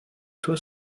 toit